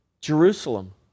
Jerusalem